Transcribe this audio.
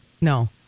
No